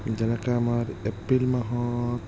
যেনেকৈ আমাৰ এপ্ৰিল মাহত